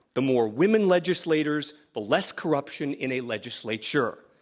the more women legislators, the less corruption in a legislature.